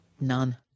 None